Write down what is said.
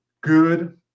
good